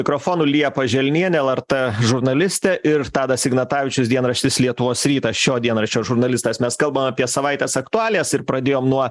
mikrofonų liepa želnienė lrt žurnalistė ir tadas ignatavičius dienraštis lietuvos rytas šio dienraščio žurnalistas mes kalbam apie savaitės aktualijas ir pradėjom nuo